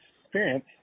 experience